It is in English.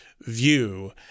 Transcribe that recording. view